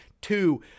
two